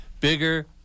Bigger